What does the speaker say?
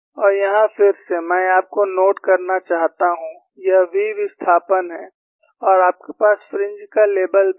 और यहाँ फिर से मैं आपको नोट करना चाहता हूं यह v विस्थापन है और आपके पास फ्रिंज का लेबल भी है